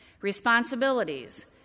Responsibilities